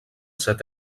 set